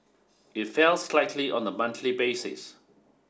it fell slightly on a monthly basis